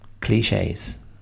cliches